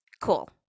cool